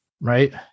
right